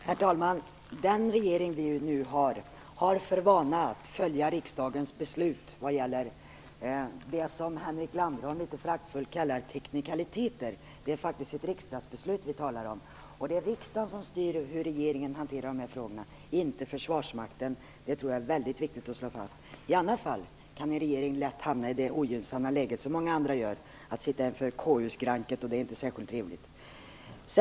Herr talman! Den nuvarande regeringen har för vana att följa riksdagens beslut vad gäller det som Henrik Landerholm litet föraktfullt kallar teknikaliteter. Det är faktiskt ett riksdagsbeslut vi talar om. Det är riksdagen som styr hur regeringen hanterar dessa frågor, inte försvarsmakten, det tror jag är väldigt viktigt att slå fast. I annat fall kan en regering lätt hamna i det ogynnsamma läge som många andra gör, att sitta inför KU-skranket, och det är inte särskilt trevligt.